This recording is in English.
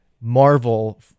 marvel